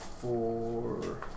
Four